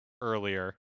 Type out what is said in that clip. earlier